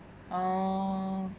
orh